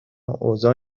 اوضاع